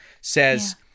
says